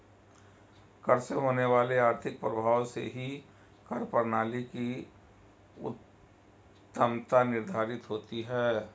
कर से होने वाले आर्थिक प्रभाव से ही कर प्रणाली की उत्तमत्ता निर्धारित होती है